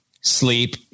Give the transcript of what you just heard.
sleep